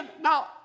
now